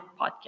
Podcast